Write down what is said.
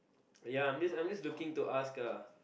ya I'm just I'm just looking to ask ah